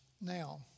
Now